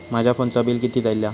माझ्या फोनचा बिल किती इला?